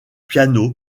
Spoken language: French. piano